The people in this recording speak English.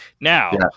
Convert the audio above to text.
Now